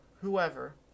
whoever